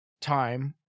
time